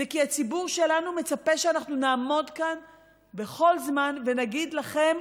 זה כי הציבור שלנו מצפה שאנחנו נעמוד כאן בכל זמן ונגיד לכם: